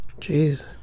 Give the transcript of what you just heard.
Jeez